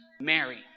Mary